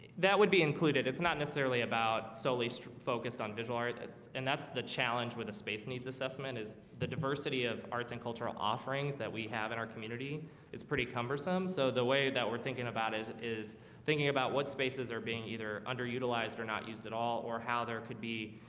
that would be included. it's not necessarily about solely so focused on visual art that's and that's the challenge with a space needs assessment is the diversity of arts and cultural offerings that we have in our community it's pretty cumbersome. so the way that we're thinking about is is thinking about what spaces are being either underutilized or not used at all or how there could be,